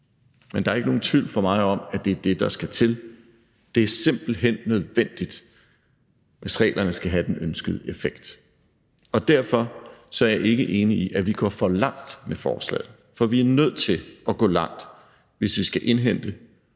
men der er ingen tvivl for mig om, at det er det, der skal til. Det er simpelt hen nødvendigt, hvis reglerne skal have den ønskede effekt. Derfor er jeg ikke enig i, at vi går for langt med forslaget, for vi er nødt til at gå langt, hvis vi skal indhente og